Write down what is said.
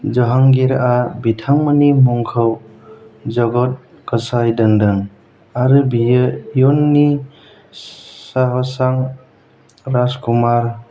जाहांगिरआ बिथांमोननि मुंखौ जगत गोसाइ दोनदों आरो बियो इयुननि शाहजाहां राजकुमार